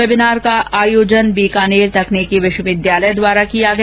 webinar का आयोजन बीकानेर तकनीकी विश्वविद्यालय द्वारा कियाँ गया